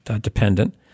dependent